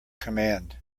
command